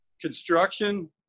Construction